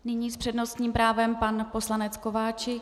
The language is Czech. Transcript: Nyní s přednostním právem pan poslanec Kováčik.